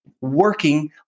working